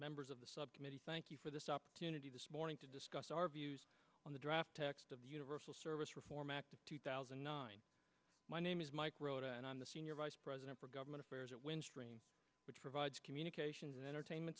members of the subcommittee thank you for this opportunity this morning to discuss our views on the draft text of the universal service reform act of two thousand and nine my name is mike rowe and i'm the senior vice president for government affairs at windstream which provides communications and entertainment